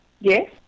Yes